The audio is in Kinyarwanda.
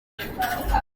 zitandukanye